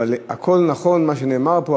הכול נכון מה שנאמר פה,